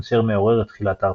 אשר מעורר את תחילת ההרפתקה.